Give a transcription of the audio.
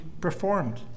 performed